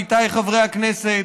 עמיתיי חברי הכנסת,